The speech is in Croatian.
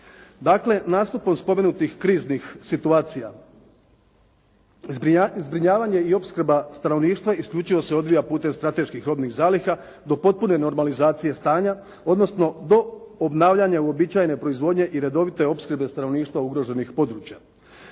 Dakle, nastupom spomenutih kriznih situacija zbrinjavanje i opskrba stanovništva isključivo se odvija putem strateških robnih zaliha do potpune normalizacije stanja odnosno do obnavljanja uobičajene proizvodnje i redovite opskrbe stanovništva ugroženih područja.